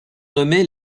nommés